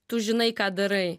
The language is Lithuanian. tu žinai ką darai